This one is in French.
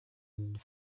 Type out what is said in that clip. une